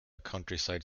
countryside